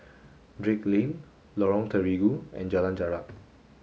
Drake Lane Lorong Terigu and Jalan Jarak